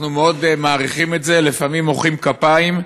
אנחנו מאוד מעריכים את זה, לפעמים מוחאים כפיים,